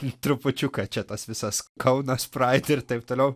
trupučiuką čia tas visas kaunas praid ir taip toliau